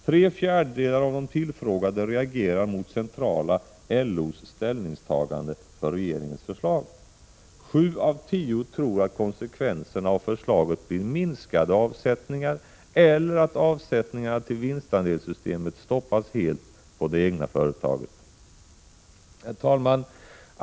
Tre fjärdedelar av de tillfrågade reagerar mot centrala LO:s ställningstagande för regeringens förslag; sju av tio tror att konsekvenserna av förslaget blir minskade avsättningar eller att avsättningarna till vinstandelssystemet stoppas helt på det egna företaget. Herr talman!